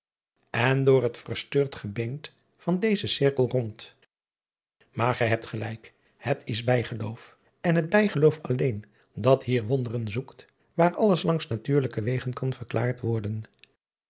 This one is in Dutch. en door t versteurt gebeent van dezen sirkel rondt maar gij hebt gelijk het is het bijgeloof en het bijgeloof alleen dat hier wonderen zoekt waar alles langs natuurlijke wegen kan verklaard worden